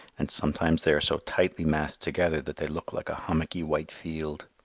and sometimes they are so tightly massed together that they look like a hummocky white field.